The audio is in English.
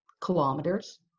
kilometers